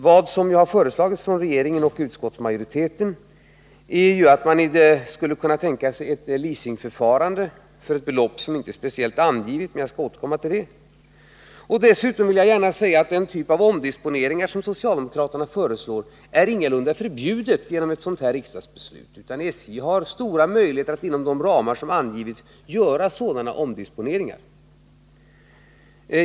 Vad som sagts från regeringens och utskottsmajoritetens sida är ju att man skulle kunna tänka sig ett leasingförfarande för ett belopp som inte är speciellt angivet, men jag skall återkomma till det. Dessutom vill jag gärna säga att den typ av omdisponeringar som socialdemokraterna föreslår ingalunda är förbjudna genom ett riksdagsbeslut i enlighet med regeringens förslag, utan SJ har stora möjligheter att inom de ramar som angivits göra sådana omdisponeringar.